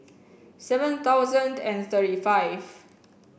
seven thousand and thirty five